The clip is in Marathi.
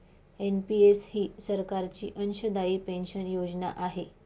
एन.पि.एस ही सरकारची अंशदायी पेन्शन योजना आहे